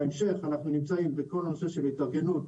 בהמשך, אנחנו נמצאים בכל הנושא של התארגנות